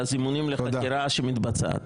והזימונים לחקירה שמתבצעת.